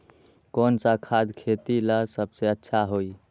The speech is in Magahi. कौन सा खाद खेती ला सबसे अच्छा होई?